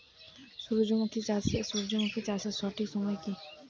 সূর্যমুখী চাষের সঠিক সময় কি?